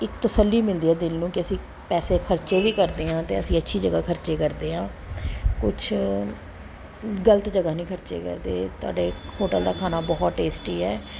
ਇੱਕ ਤਸੱਲੀ ਮਿਲਦੀ ਹੈ ਦਿਲ ਨੂੰ ਕਿ ਅਸੀਂ ਪੈਸੇ ਖਰਚਿਆ ਵੀ ਕਰਦੇ ਹਾਂ ਤਾਂ ਅਸੀਂ ਅੱਛੀ ਜਗ੍ਹਾ ਖਰਚਿਆ ਕਰਦੇ ਹਾਂ ਕੁਛ ਗਲਤ ਜਗ੍ਹਾ ਨਹੀਂ ਖਰਚਿਆ ਕਰਦੇ ਤੁਹਾਡੇ ਹੋਟਲ ਦਾ ਖਾਣਾ ਬਹੁਤ ਟੇਸਟੀ ਹੈ